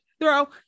throw